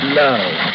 love